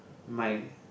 my